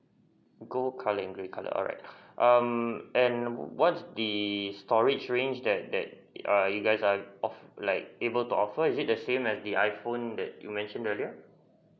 gold colour and grey colour alright um and what's the storage range that that err you guys have off~ like able to offer is it the same as the iphone that you mentioned earlier